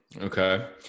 Okay